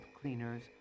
cleaners